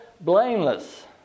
blameless